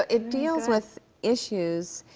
it deals with issues,